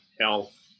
health